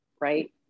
right